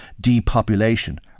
depopulation